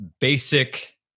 basic